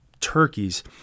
turkeys